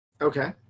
Okay